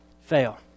fail